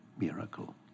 miracle